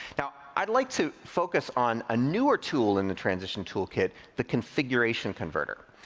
now, i'd like to focus on a newer tool in the transition toolkit, the configuration converter.